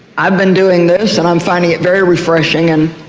i've been doing this and i'm finding it very refreshing and